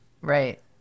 right